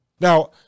Now